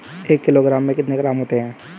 एक किलोग्राम में कितने ग्राम होते हैं?